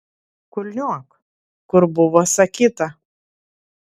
kulniuok kur buvo sakyta